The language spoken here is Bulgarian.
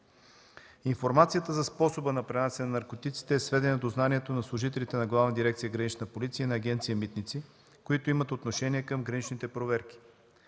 Информацията за способа за пренасяне на наркотиците е сведена до знанието на служителите на Главна дирекция „Гранична полиция“, на Агенция „Митници“, които имат отношение към граничните проверки.